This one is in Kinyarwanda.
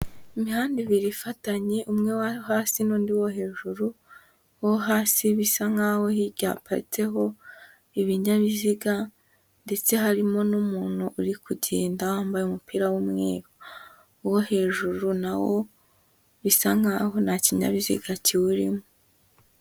Imihanda ibiri ifatanye umwe wo hasi n'undi wo hejuru, uwo hasi bisa nkaho hirya haparitseho ibinyabiziga ndetse harimo n'umuntu uri kugenda wambaye umupira w'umweru, uwo hejuru nawo bisa nkaho nta kinyabiziga kiwurimo.